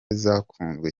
zakunzwe